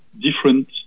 different